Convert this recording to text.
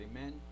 Amen